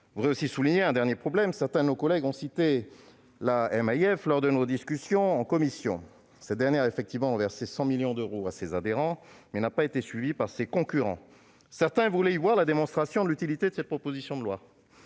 Je soulignerai enfin un dernier problème. Certains de nos collègues ont cité la MAIF lors de nos discussions en commission. Cette dernière a effectivement reversé 100 millions d'euros à ses adhérents, mais elle n'a pas été suivie par ses concurrents. Certains voulaient y voir la démonstration de l'utilité de cette proposition de loi.